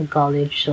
college